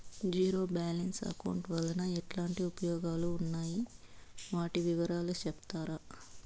Zero balance account వలన ఎట్లాంటి ఉపయోగాలు ఉన్నాయి? వాటి వివరాలు సెప్తారా?